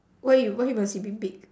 why why must you be big